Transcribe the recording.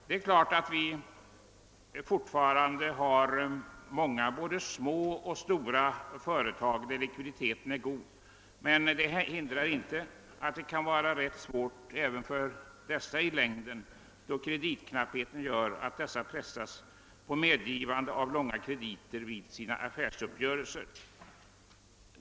Det finns fortfarande många både små och stora företag med god likviditet, men även de kan få det ganska besvärligt i längden, när kreditknappheten gör att de vid sina affärsuppgörelser pressas till medgivande av långa krediter.